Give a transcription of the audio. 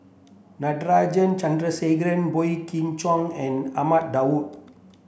Natarajan Chandrasekaran Boey Kim Cheng and Ahmad Daud